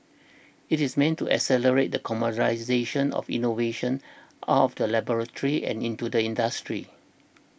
it is meant to accelerate the commercialisation of innovations out of the laboratory and into the industry